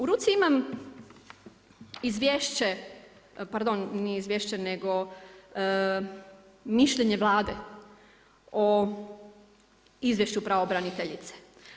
U ruci imam izvješće, pardon nije izvješće nego mišljenje Vlade o Izvješću pravobraniteljice.